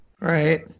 Right